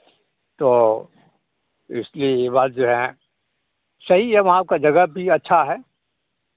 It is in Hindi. तो इसके बाद जो हैं सही है वहाँ का जगह भी अच्छा है